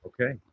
okay